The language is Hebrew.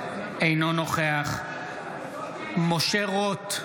אינו נוכח משה רוט,